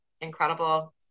incredible